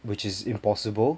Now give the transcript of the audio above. which is impossible